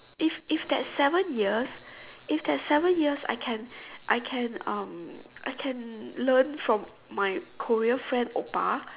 if if that seven years if that seven years I can I can um I can learn from my Korean friend oppa